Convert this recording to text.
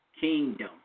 Kingdom